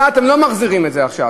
לה אתם לא מחזירים את זה עכשיו,